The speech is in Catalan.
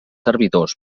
servidors